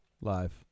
live